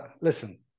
Listen